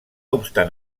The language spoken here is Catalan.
obstant